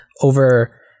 over